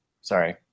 sorry